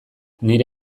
nire